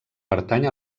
pertany